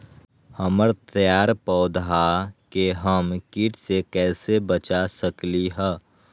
हमर तैयार पौधा के हम किट से कैसे बचा सकलि ह?